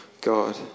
God